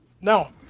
no